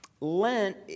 Lent